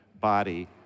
body